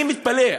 אני מתפלא.